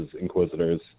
Inquisitors